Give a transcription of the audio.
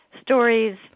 stories